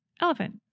elephant